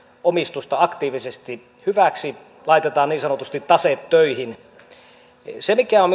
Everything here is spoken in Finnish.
omistusta aktiivisesti hyväksi laitetaan niin sanotusti taseet töihin minusta on